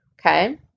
okay